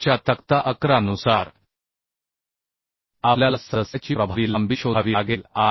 2007 च्या तक्ता 11 नुसार आपल्याला सदस्याची प्रभावी लांबी शोधावी लागेल